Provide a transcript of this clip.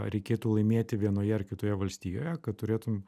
reikėtų laimėti vienoje ar kitoje valstijoje kad turėtum